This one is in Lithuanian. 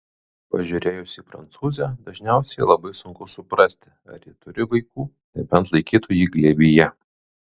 pažiūrėjus į prancūzę dažniausiai labai sunku suprasti ar ji turi vaikų nebent laikytų jį glėbyje